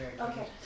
Okay